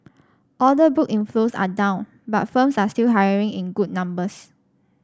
order book inflows are down but firms are still hiring in good numbers